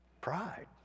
pride